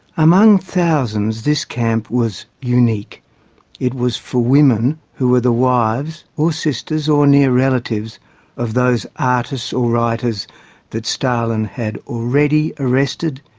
among thousands, this camp was unique it was for women who were the wives or sisters, or near relatives of those artists or writers that stalin had already arrested,